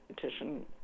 petition